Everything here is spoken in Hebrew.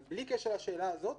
אבל בלי קשר לשאלה הזאת,